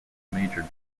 major